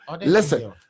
listen